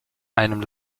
einem